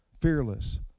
fearless